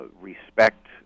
respect